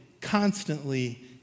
constantly